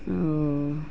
اوہ